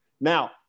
Now